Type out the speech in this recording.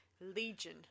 Legion